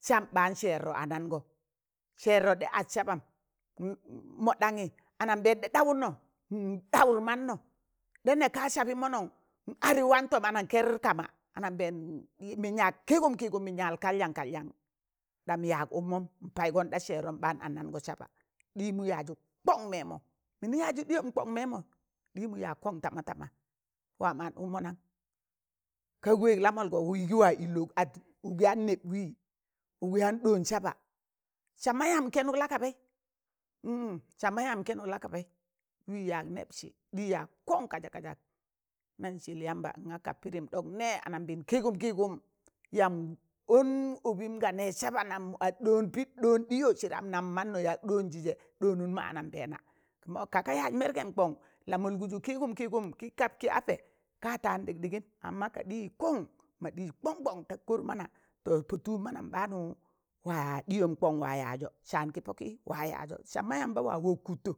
Sam ɓaan seerọ anangọ, seerọ ɗa ad saban mọ moɗanyị anamben ɗa ɗawụd nọ n ɗawụt mọnno,̣ ɗa nekaa sabị mọnọn, n adị wan tọm ana ker kama, anambeen min yaag kịịgụm kịịgụm, anamben yaag kalyan kalyan, ɗam yaag ụkmọm n paịgọn ɗa seerọm ɓaan anango saba ɗịmụ yaazụ kọn memọ mịnị yaazị ɗịyọm kọn memọ ɗịmụ yaag kọn tamtama, wam an ụkmọ nan? kak weeg lọ mọlgọ wịi gị wa ịllọ, ad kụ yaan neb wị kụ yaan ɗọọn saba, sama yamb kenek la kabeị, n sama yamb kenụk la kabeị wị yaag nebsị ɗịyị yaag kọn kazak kazak, nan sel yamba naa ka pịdịm ɗọk ne anamben ya kịịgụm kịịgụm, yamb ọn ọbịn ga neez saba nam mọ ad pịd ɗọọn ɗịyọ, sịdam nam mannọ yaag ɗoonzị se ɗọọnnụm ma anambeena mọ kaka yaaz mergem kọn la mọlgọzụ kịịgụm kịịgụm kị keb ki ape ka taan ɗịkɗịgịm amma ka ɗịyị kọn ma ɗịịz kọn kọn da kọr mana to ka ɗịyị kọn ma ɗịịz kọnkọn da kọr mana to pa tụụb manọm baanụ dịyọm kọn wa yaazọ saan kị pọkị wa yaazọ sama yamba wa wok kụttọ